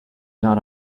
not